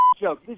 joke